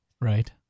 Right